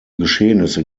geschehnisse